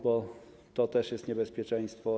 Bo to też jest niebezpieczeństwo.